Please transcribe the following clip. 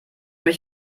mich